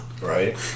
Right